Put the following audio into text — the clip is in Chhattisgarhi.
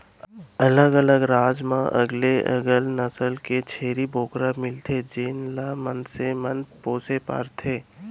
अलग अलग राज म अलगे अलग नसल के छेरी बोकरा मिलथे जेन ल मनसे मन पोसे रथें